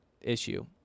issue